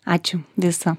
ačiū viso